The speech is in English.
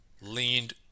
leaned